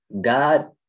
God